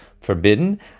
forbidden